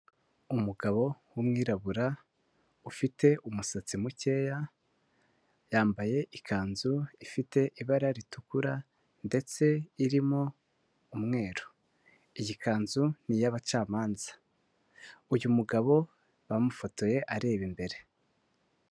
Umugabo w'umwirabura ufite umusatsi mukeya, yambaye ikanzu ifite ibara ritukura ndetse irimo umweru, iyi kanzu ni iy'abacamanza, uyu mugabo bamufotoye areba imbere.